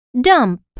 dump